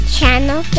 Channel